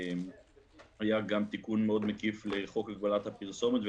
היה תיקון מאוד מקיף לחוק הגבלת הפרסומות.